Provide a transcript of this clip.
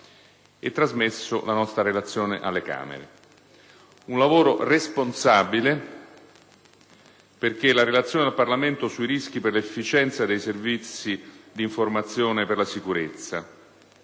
e trasmesso la nostra relazione alle Camere. Un lavoro responsabile, perché la relazione al Parlamento sui rischi per l'efficienza dei Servizi di informazione per la sicurezza